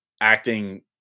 acting